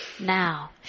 Now